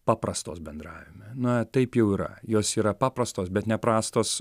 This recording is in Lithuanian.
paprastos bendravime na taip jau yra jos yra paprastos bet neprastos